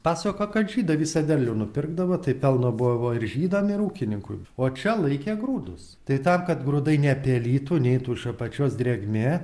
pasakojo kad žydai visą derlių nupirkdavo tai pelno buvo ir žydams ir ūkininkui o čia laikė grūdus tai tam kad grūdai nepelytų neitų iš apačios drėgmė